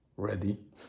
ready